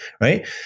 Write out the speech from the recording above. Right